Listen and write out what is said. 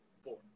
four